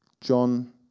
John